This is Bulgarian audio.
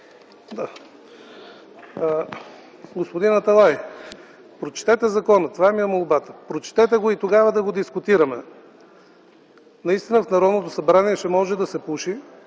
Господин Аталай, прочетете закона. Това ми е молбата – прочетете го и тогава да го дискутираме. Наистина, в Народното събрание ще може да се пуши,